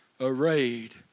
arrayed